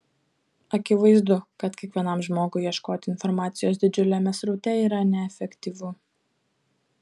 akivaizdu kad kiekvienam žmogui ieškoti informacijos didžiuliame sraute yra neefektyvu